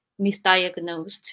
misdiagnosed